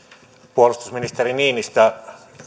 puolustusministeri niinistö